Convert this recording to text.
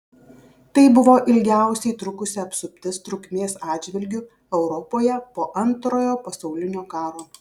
tai buvo ilgiausiai trukusi apsuptis trukmės atžvilgiu europoje po antrojo pasaulinio karo